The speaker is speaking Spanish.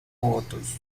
votos